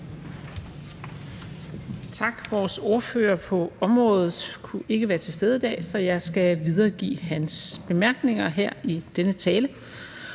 Tak. Vores ordfører på området kunne ikke være til stede i dag, så jeg skal videregive hans bemærkninger her i denne tale.